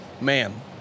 man